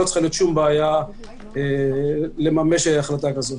לא צריכה להיות שום בעיה לממש החלטה כזאת.